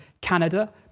Canada